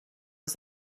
was